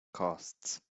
costs